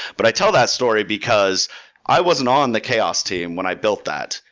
but i tell that story because i wasn't on the chaos team when i built that.